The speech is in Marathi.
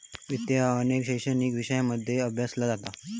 वित्त ह्या अनेक शैक्षणिक विषयांमध्ये अभ्यासला जाता